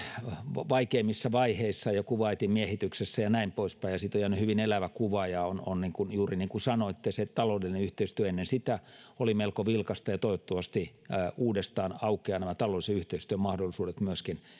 vaikeimmissa vaiheissa ja kuwaitin miehityksessä ja näin poispäin siitä on jäänyt hyvin elävä kuva ja on juuri niin kuin sanoitte että taloudellinen yhteistyö ennen sitä oli melko vilkasta ja toivottavasti uudestaan aukeavat nämä taloudellisen yhteistyön mahdollisuudet myöskin